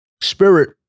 spirit